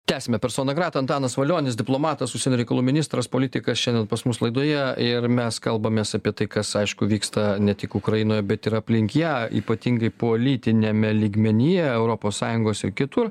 tęsiame persona grata antanas valionis diplomatas užsienio reikalų ministras politikas šiandien pas mus laidoje ir mes kalbamės apie tai kas aišku vyksta ne tik ukrainoje bet ir aplink ją ypatingai politiniame lygmenyje europos sąjungos ir kitur